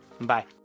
Bye